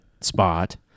spot